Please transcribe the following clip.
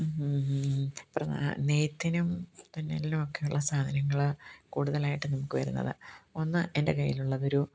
പ്രധാ നെയ്ത്തിനും തുന്നലിനും ഒക്കെയുള്ള സാധനങ്ങൾ കൂടുതലായിട്ട് നമുക്ക് വരുന്നത് ഒന്ന് എന്റെ കയ്യിലുള്ളത് ഒരു